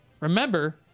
remember